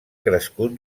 crescut